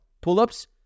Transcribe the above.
Pull-ups